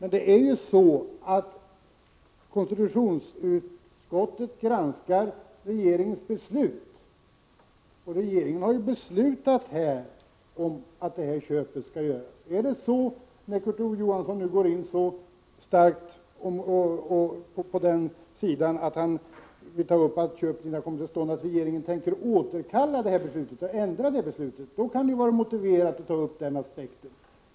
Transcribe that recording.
Nu granskar ju konstitutionsutskottet regeringens beslut, och regeringen har beslutat om att köpet skall göras. Är det så — när nu Kurt Ove Johansson går in så starkt på detta att köpet inte kommit till stånd — att regeringen tänker återkalla eller ändra sitt beslut, skulle det vara motiverat att ta upp den aspekten.